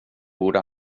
borde